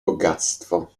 bogactwo